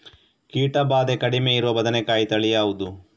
ಕೀಟ ಭಾದೆ ಕಡಿಮೆ ಇರುವ ಬದನೆಕಾಯಿ ತಳಿ ಯಾವುದು?